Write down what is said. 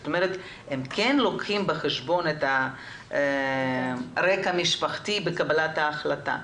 זאת אומרת הם כן לוקחים בחשבון את הרקע המשפחתי בקבלת ההחלטה.